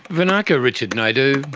vinaka, richard naidu,